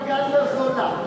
פרופגנדה זולה.